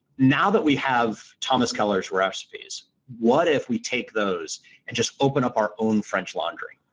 now that we have thomas keller's recipes, what if we take those and just open up our own french laundry?